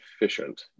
efficient